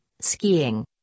skiing